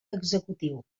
executiu